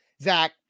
Zach